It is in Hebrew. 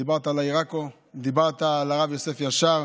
דיברת על העיר עכו, דיברת על הרב יוסף ישר,